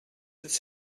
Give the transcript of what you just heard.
its